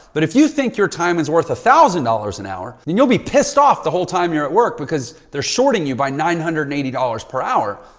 but if you think your time is worth a thousand dollars an hour, then you'll be pissed off the whole time you're at work because they're shorting you by nine hundred and eighty dollars per hour.